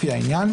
"מידע"